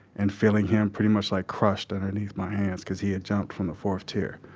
and feeling him pretty much like crushed and beneath my hands cause he had jumped from the fourth tier.